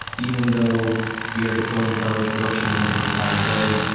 even though we are deploying code to production one hundred times a day.